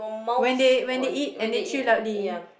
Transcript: when they when they eat and they chew loudly